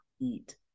eat